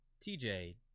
TJ